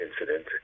incident